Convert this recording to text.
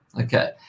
okay